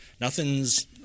Nothing's